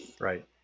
Right